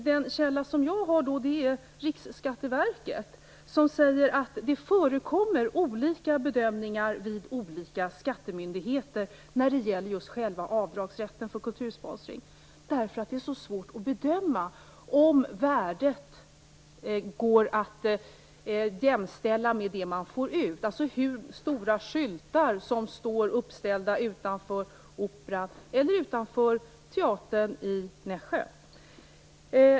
Den källa jag har är Riksskatteverket som säger att det förekommer olika bedömningar vid olika skattemyndigheter när det gäller avdragsrätten för kultursponsring, eftersom det är så svårt att bedöma om kostnaden går att jämställa med vad man får ut, dvs. hur stora skyltar som står uppställda utanför Operan eller utanför teatern i Nässjö.